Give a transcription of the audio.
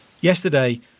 yesterday